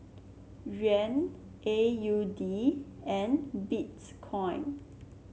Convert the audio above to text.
Yuan A U D and Bitcoin